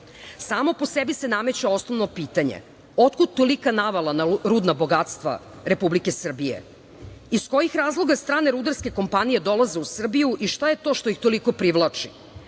Samo po sebi se nameće osnovno pitanje – otkud tolika navala na rudna bogatstva Republike Srbije? Iz kojih razloga strane rudarske kompanije dolaze u Srbiju i šta je to što ih toliko privlači? Mislim